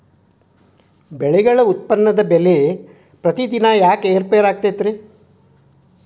ಬೆಳೆಗಳ ಉತ್ಪನ್ನದ ಬೆಲೆಯು ಪ್ರತಿದಿನ ಯಾಕ ಏರು ಪೇರು ಆಗುತ್ತೈತರೇ?